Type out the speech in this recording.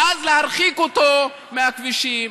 ואז להרחיק אותו מהכבישים.